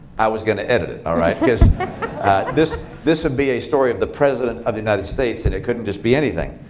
i was going to edit it, all right? because this this would be a story of the president of the united states. and it couldn't just be anything.